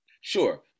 Sure